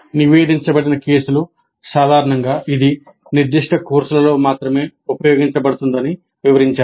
నివేదించబడిన కేసులు సాధారణంగా ఇది నిర్దిష్ట కోర్సులలో మాత్రమే ఉపయోగించబడుతుందని వివరించాయి